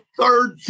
third